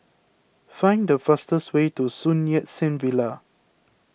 find the fastest way to Sun Yat Sen Villa